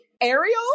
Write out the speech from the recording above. Ariel